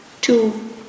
two